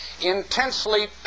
intensely